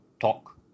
talk